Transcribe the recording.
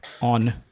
on